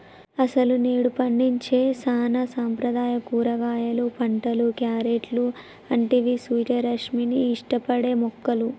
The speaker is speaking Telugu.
అసలు నేడు పండించే సానా సాంప్రదాయ కూరగాయలు పంటలు, క్యారెట్లు అంటివి సూర్యరశ్మిని ఇష్టపడే మొక్కలు